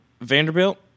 Vanderbilt